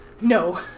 No